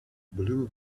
blue